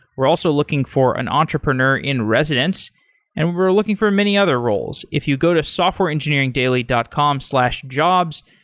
we're also looking for an entrepreneur in residence and we're looking for many other roles. if you go to softwareengineeringdaily dot com slash jobs,